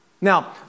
Now